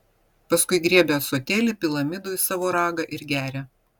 paskui griebia ąsotėlį pila midų į savo ragą ir geria